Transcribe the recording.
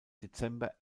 dezember